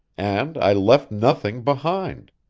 and i left nothing behind.